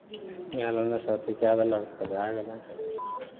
नहयलोसँ अथी कए देलक तऽ भए गेलै